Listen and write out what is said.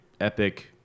epic